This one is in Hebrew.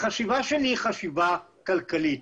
החשיבה שלי היא חשיבה כלכלית.